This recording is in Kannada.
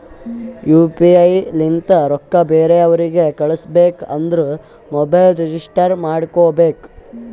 ಯು ಪಿ ಐ ಲಿಂತ ರೊಕ್ಕಾ ಬೇರೆ ಅವ್ರಿಗ ಕಳುಸ್ಬೇಕ್ ಅಂದುರ್ ಮೊಬೈಲ್ ರಿಜಿಸ್ಟರ್ ಮಾಡ್ಕೋಬೇಕ್